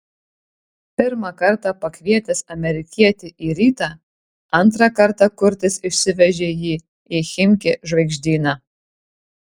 pirmą kartą pakvietęs amerikietį į rytą antrą kartą kurtis išsivežė jį į chimki žvaigždyną